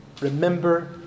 remember